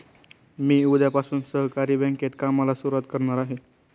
मी उद्यापासून सहकारी बँकेत कामाला सुरुवात करणार आहे